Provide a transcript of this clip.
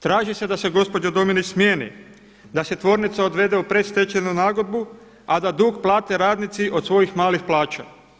Traži se da se gospođa Dominić smijeni, da se tvornica odvede u predstečajnu nagodbu, a da dug plate radnici od svojih malih plaća.